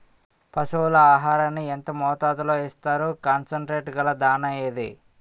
పశువుల ఆహారాన్ని యెంత మోతాదులో ఇస్తారు? కాన్సన్ ట్రీట్ గల దాణ ఏంటి?